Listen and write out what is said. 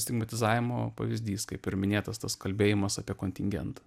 stigmatizavimo pavyzdys kaip ir minėtas tas kalbėjimas apie kontingentą